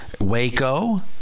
Waco